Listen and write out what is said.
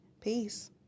Peace